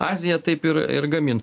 azija taip ir ir gamino